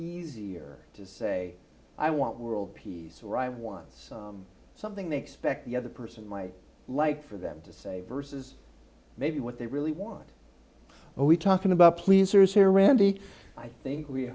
easier to say i want world peace arrive wants something they expect the other person might like for them to say versus maybe what they really want and we talking about pleasers here randi i think we